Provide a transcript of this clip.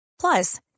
Plus